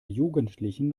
jugendlichen